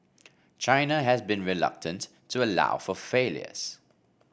China has been reluctant to allow for failures